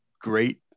great